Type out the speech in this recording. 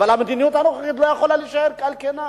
אבל המדיניות הנוכחית לא יכולה להישאר על כנה.